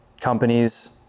companies